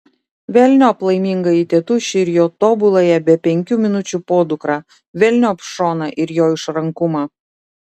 velniop laimingąjį tėtušį ir jo tobuląją be penkių minučių podukrą velniop šoną ir jo išrankumą